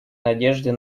надежды